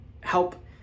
help